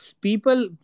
people